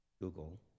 Google